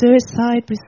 suicide